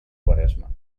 quaresma